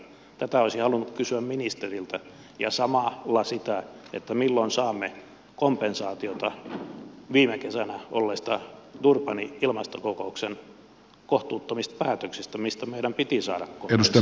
tätä olisin halunnut kysyä ministeriltä ja samalla sitä milloin saamme kompensaatiota viime kesänä olleen durbanin ilmastokokouksen kohtuuttomista päätöksistä mistä meidän piti saada kompensaatio